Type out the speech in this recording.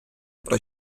про